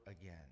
again